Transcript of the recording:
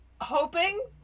hoping